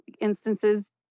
instances